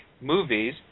movies